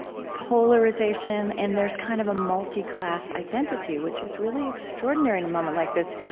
polarization and there's kind of a multi-class identity, which is really extraordinary in a moment like this.